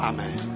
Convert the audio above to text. Amen